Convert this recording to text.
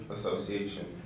Association